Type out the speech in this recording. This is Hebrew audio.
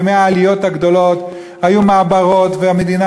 בימי העליות הגדולות היו מעברות והמדינה